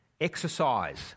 Exercise